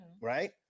right